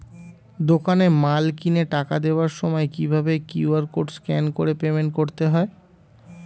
দোকানে মাল কিনে টাকা দেওয়ার সময় কিভাবে কিউ.আর কোড স্ক্যান করে পেমেন্ট করতে হয়?